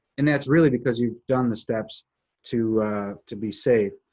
and that's really because you've done the steps to to be safe.